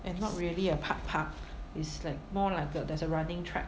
and not really a park park is like more like a there's a running track